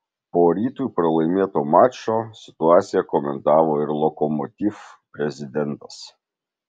po rytui pralaimėto mačo situaciją komentavo ir lokomotiv prezidentas